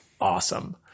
awesome